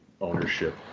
ownership